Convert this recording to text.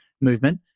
movement